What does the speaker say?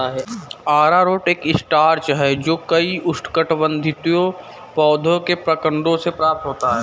अरारोट एक स्टार्च है जो कई उष्णकटिबंधीय पौधों के प्रकंदों से प्राप्त होता है